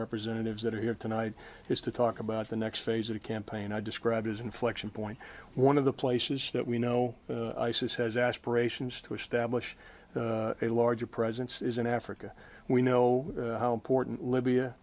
representatives that are here tonight is to talk about the next phase of a campaign i described as an inflection point one of the places that we know says has aspirations to establish a larger presence is in africa we know how important libya